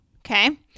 Okay